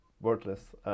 wordless